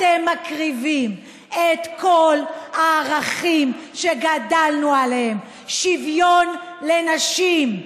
על הדרך אתם מקריבים את כל הערכים שגדלנו עליהם: שוויון לנשים,